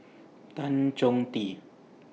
Tan Chong Tee